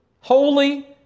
holy